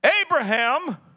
Abraham